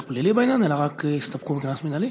פלילי בעניין אלא הסתפקו רק בקנס מינהלי?